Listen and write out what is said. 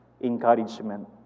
encouragement